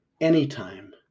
anytime